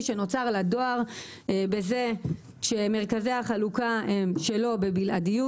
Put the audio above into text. שנוצר לדואר בזה שמרכזי החלוקה הם שלו בבלעדיות.